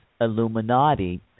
Illuminati